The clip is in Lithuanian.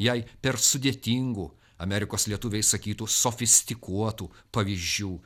jai per sudėtingų amerikos lietuviai sakytų sofistikuotų pavyzdžių